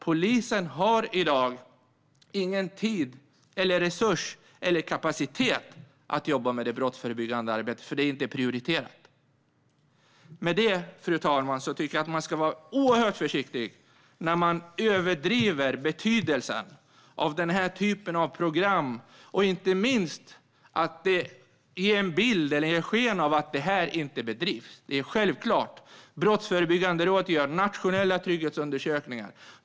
Polisen har i dag inte tid, resurser eller kapacitet till det brottsförebyggande arbetet, för det är inte prioriterat. Jag tycker att man ska vara oerhört försiktig, fru talman, när man överdriver betydelsen av den här typen av program och inte minst ger sken av att det här inte bedrivs. Det är självklart. Brottsförebyggande rådet gör nationella trygghetsundersökningar.